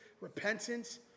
repentance